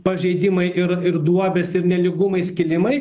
pažeidimai ir ir duobės ir nelygumai skilimai